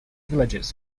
villages